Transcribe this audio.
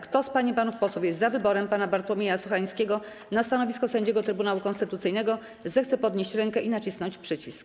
Kto z pań i panów posłów jest za wyborem pana Bartłomieja Sochańskiego na stanowisko sędziego Trybunału Konstytucyjnego, zechce podnieść rękę i nacisnąć przycisk.